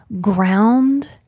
ground